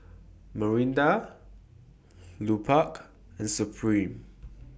Mirinda Lupark and Supreme